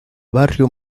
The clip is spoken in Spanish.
barrio